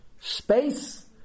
space